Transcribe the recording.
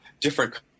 different